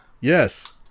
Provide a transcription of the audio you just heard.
Yes